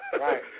Right